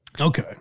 Okay